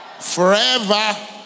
forever